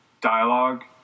dialogue